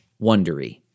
wondery